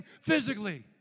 Physically